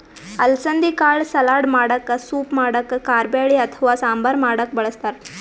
ಅಲಸಂದಿ ಕಾಳ್ ಸಲಾಡ್ ಮಾಡಕ್ಕ ಸೂಪ್ ಮಾಡಕ್ಕ್ ಕಾರಬ್ಯಾಳಿ ಅಥವಾ ಸಾಂಬಾರ್ ಮಾಡಕ್ಕ್ ಬಳಸ್ತಾರ್